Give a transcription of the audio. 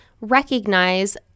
recognize